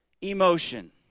emotion